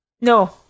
No